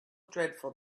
dreadful